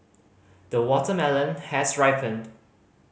the watermelon has ripened